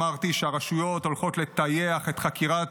אמרתי שהרשויות הולכות לטייח את חקירת